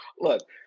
Look